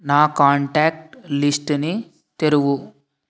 నా కాంటాక్ట్ లిస్ట్ని తెరువు